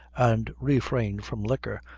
and refrained from liquor,